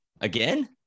Again